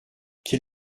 quel